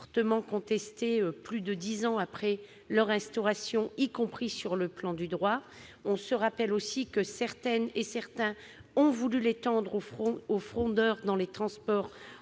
fortement contestées plus de dix ans après leur instauration, y compris sur le plan du droit. On se rappelle aussi que certaines et certains ont voulu étendre une mesure analogue aux fraudeurs dans les transports